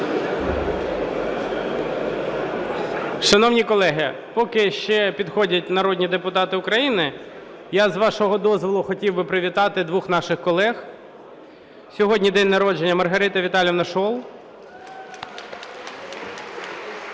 Шановні колеги, поки ще підходять народні депутати України, я, з вашого дозволу, хотів би привітати двох наших колег. Сьогодні день народження у Маргарити Віталіївни Шол.